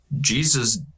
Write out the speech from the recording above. jesus